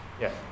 Yes